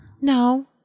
No